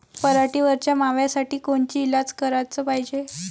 पराटीवरच्या माव्यासाठी कोनचे इलाज कराच पायजे?